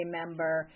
member